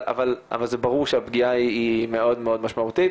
אבל זה ברור שהפגיעה היא מאוד מאוד משמעותית.